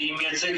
אני מייצג